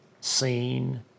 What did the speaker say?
seen